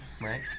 right